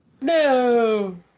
No